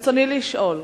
ברצוני לשאול: